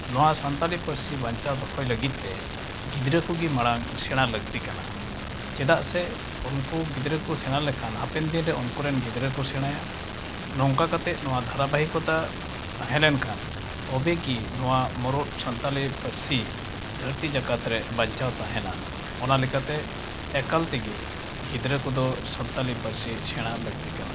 ᱱᱚᱣᱟ ᱥᱟᱱᱛᱟᱲᱤ ᱯᱟᱹᱨᱥᱤ ᱵᱟᱧᱪᱟᱣ ᱫᱯᱚᱦᱚᱭ ᱞᱟᱹᱜᱤᱫᱛᱮ ᱜᱤᱫᱽᱨᱟᱹ ᱠᱚᱜᱮ ᱢᱟᱲᱟᱝ ᱥᱮᱬᱟᱭ ᱞᱟᱹᱠᱛᱤ ᱠᱟᱱᱟ ᱪᱮᱫᱟᱜ ᱥᱮ ᱩᱱᱠᱚ ᱜᱤᱫᱽᱨᱟᱹᱠᱚ ᱥᱮᱬᱟ ᱞᱮᱠᱷᱟᱱ ᱦᱟᱯᱮᱱ ᱫᱤᱱᱨᱮ ᱩᱱᱠᱚᱨᱮᱱ ᱜᱤᱫᱽᱨᱟᱹᱠᱚ ᱥᱮᱬᱟᱭᱟ ᱱᱚᱝᱠᱟ ᱠᱟᱛᱮᱫ ᱱᱚᱣᱟ ᱫᱷᱟᱨᱟᱵᱟᱦᱤᱠᱚᱛᱟ ᱛᱟᱦᱮᱸᱞᱮᱱ ᱠᱷᱟᱱ ᱛᱚᱵᱮᱜᱮ ᱱᱚᱣᱟ ᱢᱚᱲᱩᱫ ᱥᱟᱱᱛᱟᱲᱤ ᱯᱟᱹᱨᱥᱤ ᱫᱷᱟᱹᱨᱛᱤ ᱡᱟᱠᱟᱛᱨᱮ ᱵᱟᱧᱪᱟᱣ ᱛᱟᱦᱮᱱᱟ ᱚᱱᱟ ᱞᱮᱠᱟᱛᱮ ᱮᱠᱟᱞᱛᱮᱜᱮ ᱜᱤᱫᱽᱨᱟᱹ ᱠᱚᱫᱚ ᱥᱟᱱᱛᱟᱲᱤ ᱯᱟᱹᱨᱥᱤ ᱥᱮᱬᱟ ᱞᱟᱹᱠᱛᱤ ᱠᱟᱱᱟ